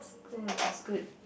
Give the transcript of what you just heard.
good is good